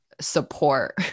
support